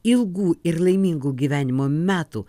ilgų ir laimingo gyvenimo metų